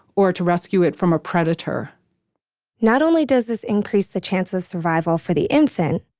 or to rescue it from a predator not only does this increase the chance of survival for the infant,